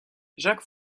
jacques